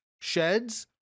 Sheds